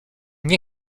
nie